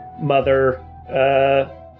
mother